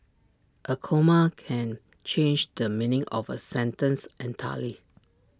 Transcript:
A comma can change the meaning of A sentence entirely